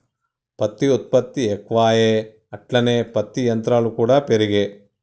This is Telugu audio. పత్తి ఉత్పత్తి ఎక్కువాయె అట్లనే పత్తి యంత్రాలు కూడా పెరిగే